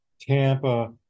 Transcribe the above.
Tampa